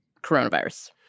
coronavirus